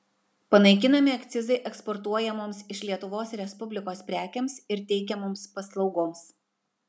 panaikinami akcizai eksportuojamoms iš lietuvos respublikos prekėms ir teikiamoms paslaugoms